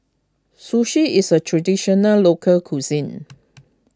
Sushi is a Traditional Local Cuisine